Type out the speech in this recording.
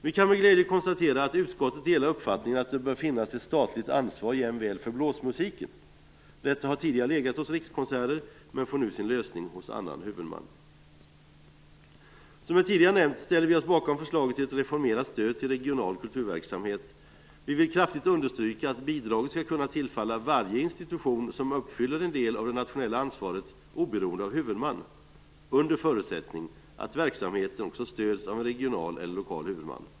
Vi kan med glädje konstatera att utskottet delar uppfattningen att det bör finnas ett statligt ansvar jämväl för blåsmusiken. Detta har tidigare legat hos Rikskonserter, men får nu sin lösning hos annan huvudman. Som jag tidigare har nämnt ställer vi oss bakom förslaget till ett reformerat stöd till regional kulturverksamhet. Vi vill kraftigt understryka att bidraget skall kunna tillfalla varje institution som uppfyller en del av det nationella ansvaret oberoende av huvudman, under förutsättning att verksamheten också stöds av en regional eller lokal huvudman.